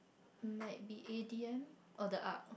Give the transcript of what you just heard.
might be A_D_M or the art